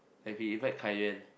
like if he invite Kai Yan